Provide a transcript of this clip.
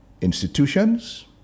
institutions